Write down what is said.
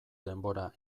denbora